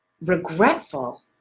regretful